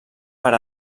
per